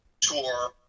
tour